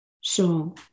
So-